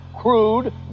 crude